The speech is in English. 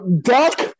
duck